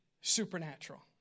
supernatural